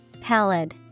Pallid